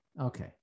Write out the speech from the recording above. okay